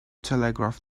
telegraph